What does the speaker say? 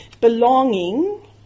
belonging